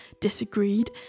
disagreed